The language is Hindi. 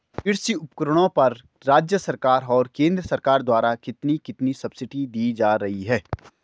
कृषि उपकरणों पर राज्य सरकार और केंद्र सरकार द्वारा कितनी कितनी सब्सिडी दी जा रही है?